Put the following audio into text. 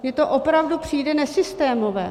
Mně to opravdu přijde nesystémové.